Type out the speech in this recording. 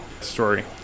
story